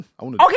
okay